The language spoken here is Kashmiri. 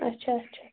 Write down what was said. اچھا اچھا